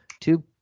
Two